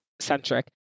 centric